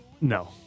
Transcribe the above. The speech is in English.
no